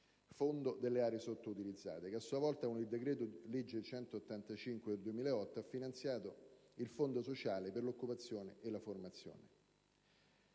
(Fondo aree sottoutilizzate), che a sua volta, con il decreto-legge n. 185 del 2008, ha finanziato il Fondo sociale per l'occupazione e la formazione.